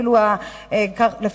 בוועדת השרים.